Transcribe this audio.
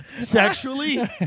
Sexually